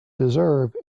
deserve